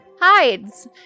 hides